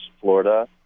Florida